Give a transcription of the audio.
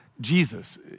Jesus